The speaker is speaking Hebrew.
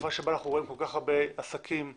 בתקופה בה אנחנו רואים כל כך הרבה עסקים נסגרים,